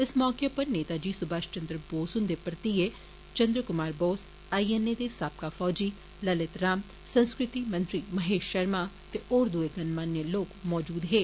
इस मौके उप्पर नेताजी सुभाष चन्द्र बोस हुन्दे भरतिया Chand Kumar Bose I N A दे साबका फौजी ललित राम संस्कृति मंत्री महेश शर्मा ते होर दुए गणमान्य लोक मौजूद हे